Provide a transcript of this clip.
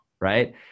right